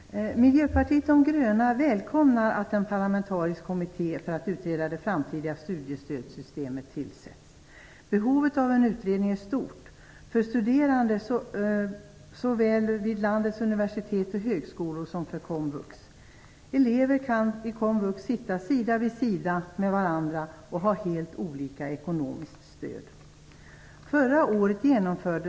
Herr talman! Miljöpartiet de gröna välkomnar att en parlamentarisk kommitté för att utreda det framtida studiestödssystemet tillsätts. Behovet av en utredning är stort för studerande såväl vid landets universitet och högskolor som vid komvux. I komvux kan elever som sitter sida vid sida ha helt olika ekonomiskt stöd.